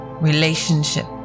relationship